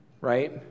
right